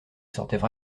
sortaient